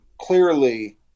clearly